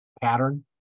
pattern